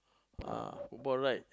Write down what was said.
ah fottball right